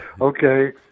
okay